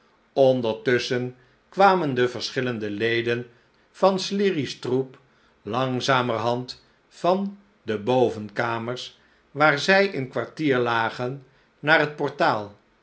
ondertusschen kwamen de verschillende leden van sleary's troep langzamerhand van de bovenkamers waar zij in kwartier lageri naar het portaal